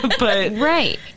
Right